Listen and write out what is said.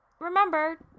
remember